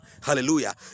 hallelujah